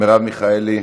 מרב מיכאלי,